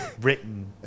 written